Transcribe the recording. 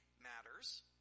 matters